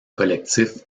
collectif